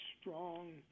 strong